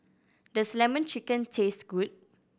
does Lemon Chicken taste good